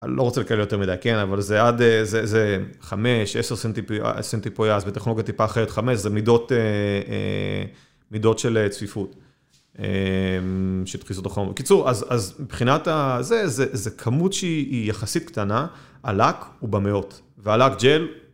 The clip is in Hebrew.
לא רוצה לקלל יותר מדי, כן, אבל זה עד, זה 5, 10 סנטי פויאז, בטכנולוגיה טיפה אחרת 5, זה מידות, מידות של צפיפות של דחיסות החום. בקיצור, אז מבחינת, זו כמות שהיא יחסית קטנה, הלק הוא במאות, והלק ג'ל,